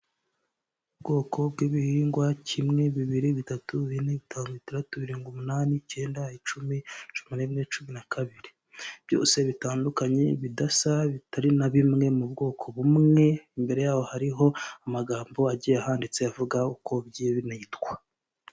Ubwoko bw'ibihingwa kimwe, bibiri, bitatu, bine, bitanu, bitandatu, birindwi, umunani, icyenda, icumi, cumi na rimwe, cumi na kabiri. Byose bitandukanye bidasa bitari na bimwe mu bwoko bumwe, imbere yaho hariho amagambo agiye ahanditse avuga uko bigiye binitwa.